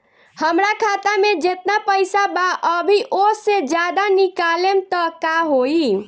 हमरा खाता मे जेतना पईसा बा अभीओसे ज्यादा निकालेम त का होई?